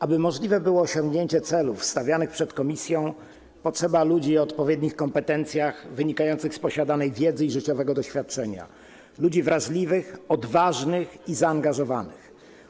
Aby możliwe było osiągnięcie celów stawianych przed komisją, potrzeba ludzi o odpowiednich kompetencjach wynikających z posiadanej wiedzy i życiowego doświadczenia, ludzi wrażliwych, odważnych i zaangażowanych.